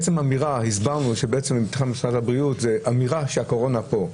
הסברנו שמטעם משרד הבריאות זו אמירה שהקורונה פה,